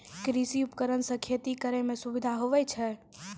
कृषि उपकरण से खेती करै मे सुबिधा हुवै छै